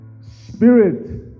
spirit